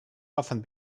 often